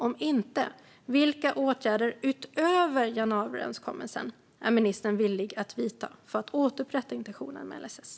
Om inte: Vilka åtgärder utöver januariöverenskommelsen är ministern villig att vidta för att återupprätta intentionen med LSS?